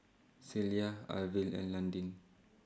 Celia Arvil and Londyn